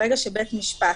ברגע שבית משפט